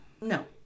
No